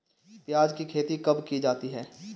प्याज़ की खेती कब की जाती है?